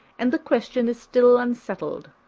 and the question is still unsettled.